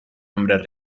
hombre